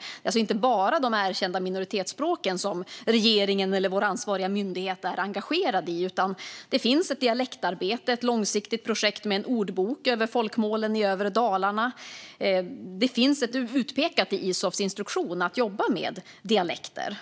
Det är alltså inte bara de erkända minoritetsspråken som regeringen och vår ansvariga myndighet är engagerade i. Det finns ett dialektarbete och ett långsiktigt projekt med en ordbok för folkmålen i övre Dalarna. Det finns utpekat i Isofs instruktion att jobba med dialekter.